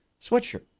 sweatshirt